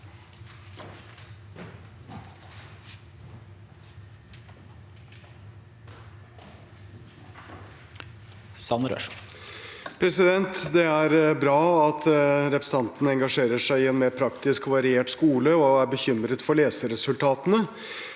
Det er bra at repre- sentanten engasjerer seg i en mer praktisk og variert skole og er bekymret for leseresultatene,